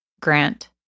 Grant